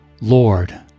Lord